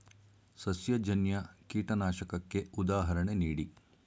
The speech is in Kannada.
ಸಸ್ಯಜನ್ಯ ಕೀಟನಾಶಕಕ್ಕೆ ಉದಾಹರಣೆ ನೀಡಿ?